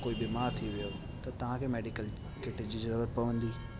या कोई बीमार थी वियो त तव्हांखे मेडिकल किट जी ज़रूरत पवंदी